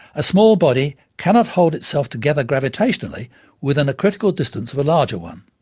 a small body cannot hold itself together gravitationally within a critical distance of a larger one.